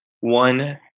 One